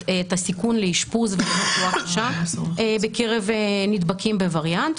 הסיכון לאשפוז עקב תחלואה קשה בקרב נדבקים בווריאנט,